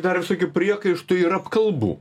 dar visokių priekaištų ir apkalbų